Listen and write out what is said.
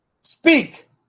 speak